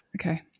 Okay